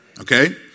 Okay